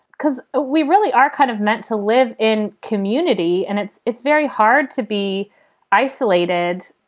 because ah we really are kind of meant to live in community. and it's it's very hard to be isolated.